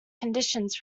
conditions